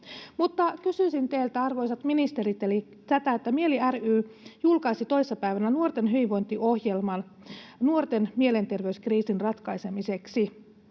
Mutta kysyisin teiltä, arvoisat ministerit, tätä: MIELI ry julkaisi toissa päivänä Nuorten hyvinvointiohjelman nuorten mielenterveyskriisin ratkaisemiseksi,